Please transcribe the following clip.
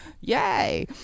Yay